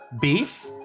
Beef